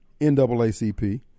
NAACP